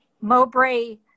Mowbray